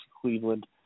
Cleveland